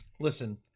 Listen